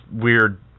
weird